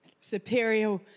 Superior